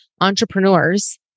entrepreneurs